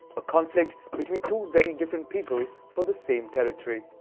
a conflict between two very different people for the same territory.